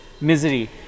Misery